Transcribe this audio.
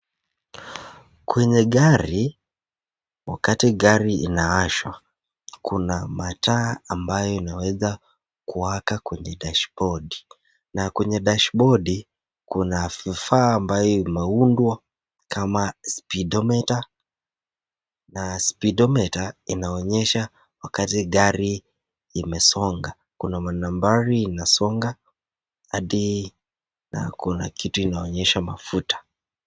kwenye gari wakati gari inaashwa kuna mataa ambayo inaweza kuwaka kwenye dashbodi. Na kwenye dashbodi kuna vifaa ambayo imeundwa kama speedomita na speedomita inaonyesha wakati gari imesonga. Kuna manambari inasonga hadi na kuna kitu inaonyesha mafuta.